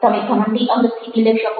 તમે ઘમંડી અંગસ્થિતિ લઈ શકો